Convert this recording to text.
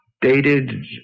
Dated